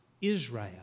Israel